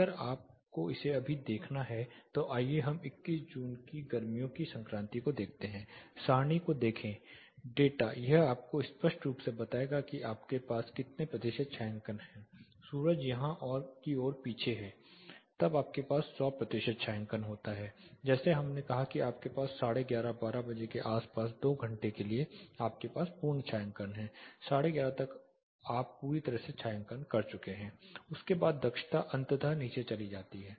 अगर आपको इसे अभी देखना है तो आइए हम 21 जून को गर्मियों के संक्रांति को देखते हैं सारणी को देखे डेटा यह आपको स्पष्ट रूप से बताएगा कि आपके पास कितना प्रतिशत छायांकन है सूरज यहाँ और पीछे है तब आपके पास 100 प्रतिशत छायांकन होता है जैसे हमने कहा कि आपके पास 1130 12 बजे के आसपास लगभग 2 घंटे के लिए आपके पास पूर्ण छायांकन है 1130 तक आप पूरी तरह से छायांकन कर चुके हैं उसके बाद दक्षता अंततः नीचे चली जाती है